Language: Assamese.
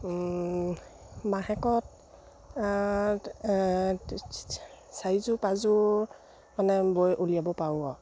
মাহেকত চাৰিযোৰ পাঁচযোৰ মানে বৈ উলিয়াব পাৰোঁ আৰু